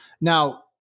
Now